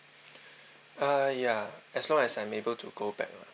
uh ya as long as I'm able to go back lah